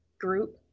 group